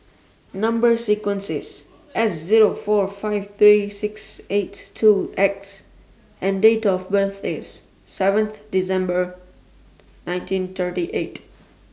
Number sequence IS S Zero four five three six eight two X and Date of birth IS seventh December nineteen thirty eight